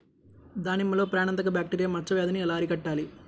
దానిమ్మలో ప్రాణాంతక బ్యాక్టీరియా మచ్చ వ్యాధినీ ఎలా అరికట్టాలి?